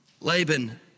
Laban